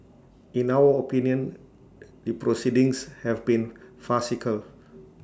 in our opinion the proceedings have been farcical